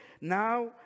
Now